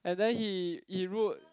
and then he he wrote